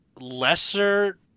lesser